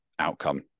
outcome